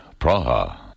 Praha